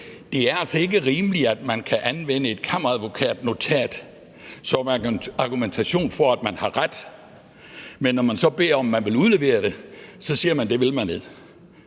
Det er altså ikke rimeligt, at man kan anvende et kammeradvokatsnotat som argumentation for, at man har ret. Men når nogen så beder om, om man vil udlevere det, så siger man, at det vil man ikke.